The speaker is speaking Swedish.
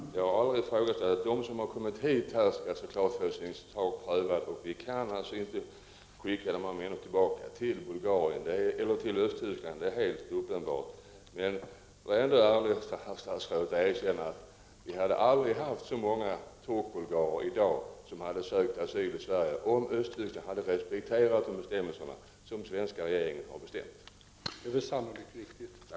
Herr talman! Jag har aldrig ifrågasatt att de som kommer hit skall få sin sak prövad. Vi kan inte skicka dessa människor tillbaka till Östtyskland, det är helt uppenbart. Men det vore ändå ärligt av statsrådet att erkänna att vi i Sverige i dag aldrig haft så många turk-bulgarer som sökt asyl om Östtysk land hade respekterat de bestämmelser som den svenska regeringen fastställt.